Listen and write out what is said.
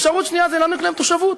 אפשרות שנייה זה להעניק להם תושבות,